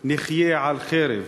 נחיה על חרב.